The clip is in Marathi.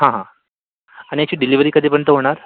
हां हां आणि याची डिलेव्हरी कधीपर्यंत होणार